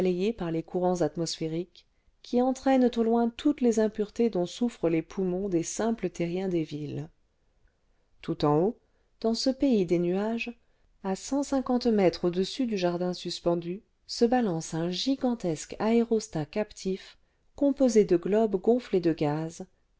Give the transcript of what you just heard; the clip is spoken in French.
par les courants atmosphériques qui entraînent au loin toutes les impuretés dont souffrent les poumons des simples terriens des villes tout eu haut dans ce pays des nuages à cent cinquante mètres audessus du jardin suspendu se balance un gigantesque aérostat captif composé de globes gonflés de gaz